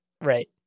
Right